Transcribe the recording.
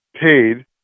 paid